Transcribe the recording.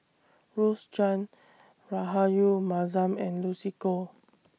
Rose Chan Rahayu Mahzam and Lucy Koh